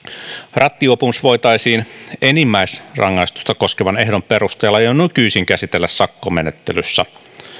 rattijuopumus voitaisiin enimmäisrangaistusta koskevan ehdon perusteella jo nykyisin käsitellä sakkomenettelyssä